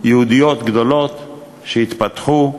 יהודיות גדולות שהתפתחו,